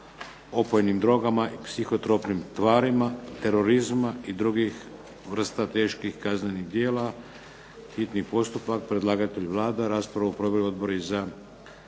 opojnim drogama i psihotropnim tvarima, terorizma i drugih vrsta teških kaznenih djela, hitni postupak, prvo i drugo čitanje, P.Z.